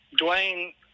Dwayne